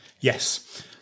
Yes